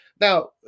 Now